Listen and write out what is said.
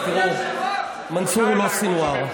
אז תראו, מנסור הוא לא סנוואר.